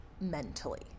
mentally